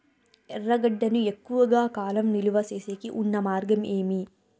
ఎర్రగడ్డ ను ఎక్కువగా కాలం నిలువ సేసేకి ఉన్న మార్గం ఏమి?